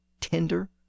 tender